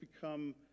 become